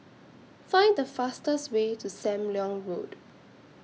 Find The fastest Way to SAM Leong Road